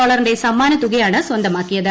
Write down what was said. ഡോളറിന്റെ സമ്മാനതുകയാണ സ്വന്തമാക്കിയത്